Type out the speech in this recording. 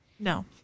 no